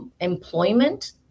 Employment